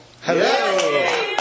Hello